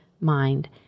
mind